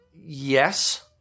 Yes